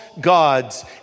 gods